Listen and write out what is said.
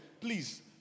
Please